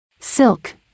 Silk